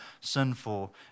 sinful